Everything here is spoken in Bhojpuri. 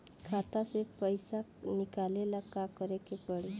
खाता से पैसा निकाले ला का करे के पड़ी?